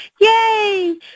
Yay